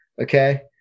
okay